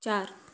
चारि